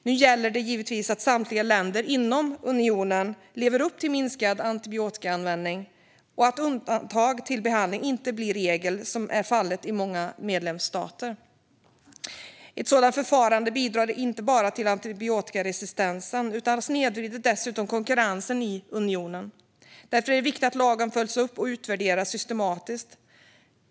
Nu gäller det givetvis att samtliga länder inom unionen lever upp till minskad antibiotikaanvändning och att undantag för behandling inte blir regel, som är fallet i många medlemsstater. Ett sådant förfarande bidrar inte bara till antibiotikaresistensen utan snedvrider dessutom konkurrensen i unionen. Därför är det viktigt att lagen följs upp och utvärderas systematiskt.